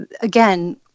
again